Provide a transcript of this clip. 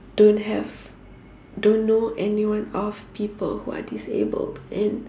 don't have don't know anyone of people who are disabled and